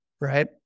Right